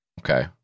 Okay